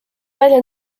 välja